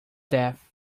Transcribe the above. death